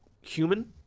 human